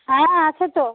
হ্যাঁ আছে তো